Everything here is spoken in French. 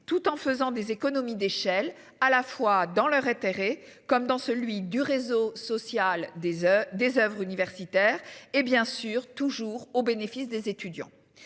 tout en faisant des économies d'échelle, à la fois dans leur intérêt comme dans celui du réseau social des heures des Oeuvres universitaires et bien sûr toujours au bénéfice des étudiants